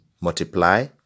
multiply